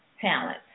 talent